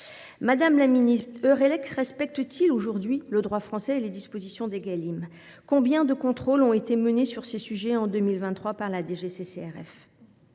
Madame la ministre, la centrale Eurelec respecte t elle aujourd’hui le droit français et les dispositions des lois Égalim ? Combien de contrôles ont ils été menés sur ces sujets en 2023 par la DGCCRF ?